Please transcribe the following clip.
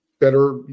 better